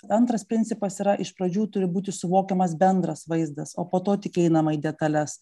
antras principas yra iš pradžių turi būti suvokiamas bendras vaizdas o po to tik einama į detales